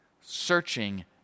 Searching